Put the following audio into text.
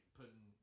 putting